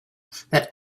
that